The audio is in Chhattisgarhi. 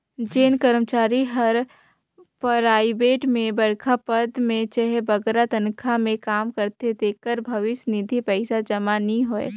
जेन करमचारी हर पराइबेट में बड़खा पद में चहे बगरा तनखा में काम करथे तेकर भविस निधि पइसा जमा नी होए